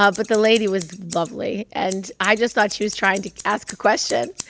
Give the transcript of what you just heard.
ah but the lady was lovely, and i just thought she was trying to ask a question.